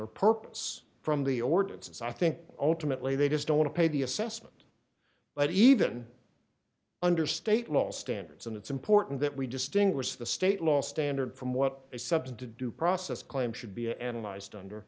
or purpose from the ordinance i think ultimately they just don't want to pay the assessment but even under state law standards and it's important that we distinguish the state law standard from what is subject to due process claim should be analyzed under